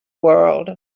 world